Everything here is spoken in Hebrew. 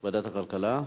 ועדת הכלכלה?